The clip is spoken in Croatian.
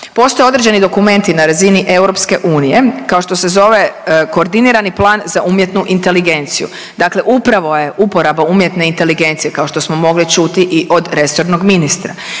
postoje određeni dokumenti na razini EU kao što se zove koordinirani plan za umjetnu inteligenciju. Dakle, upravo je uporaba umjetne inteligencije kao što smo mogli čuti i od resornog ministra